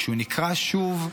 כשהוא נקרא שוב,